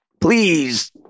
Please